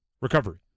recovery